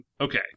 Okay